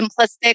simplistic